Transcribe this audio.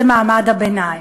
זה מעמד הביניים.